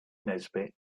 nesbit